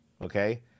Okay